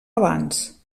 abans